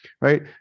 right